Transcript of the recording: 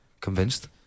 convinced